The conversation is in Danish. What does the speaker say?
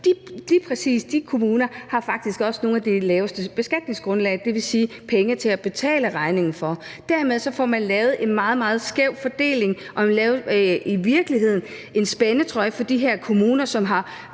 de kommuner har faktisk også nogle af de laveste beskatningsgrundlag, dvs. penge til at betale regningen med. Dermed får man lavet en meget, meget skæv fordeling, og man får i virkeligheden lavet en spændetrøje for de her kommuner, som